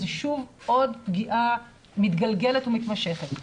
זה, שוב, עוד פגיעה מתגלגלת ומתמשכת.